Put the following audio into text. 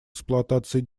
эксплуатации